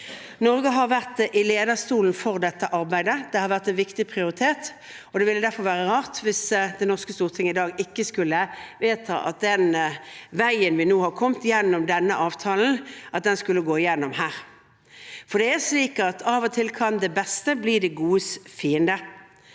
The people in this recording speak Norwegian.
Norge har sittet i lederstolen i dette arbeidet. Det har vært en viktig prioritet, og det vil derfor være rart hvis det norske storting i dag ikke skulle vedta at den veien vi nå har kommet gjennom denne avtalen, skal gå igjennom her. Det er slik at det beste av og til kan bli det godes fiende.